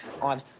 on